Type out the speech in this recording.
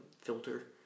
filter